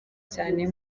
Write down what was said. cyane